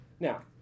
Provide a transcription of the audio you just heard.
Now